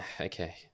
Okay